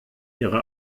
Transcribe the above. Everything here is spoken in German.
ihre